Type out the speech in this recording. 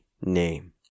name